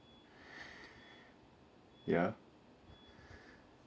ya